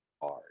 hard